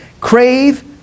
crave